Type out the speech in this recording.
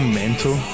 mental